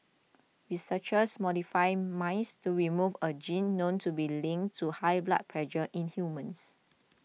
researchers modified mice to remove a gene known to be linked to high blood pressure in humans